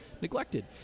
neglected